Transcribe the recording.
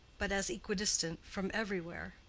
but as equidistant from everywhere.